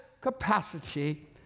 capacity